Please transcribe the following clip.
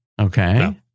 Okay